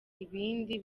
ibindi